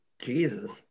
Jesus